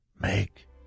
make